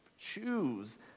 Choose